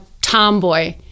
tomboy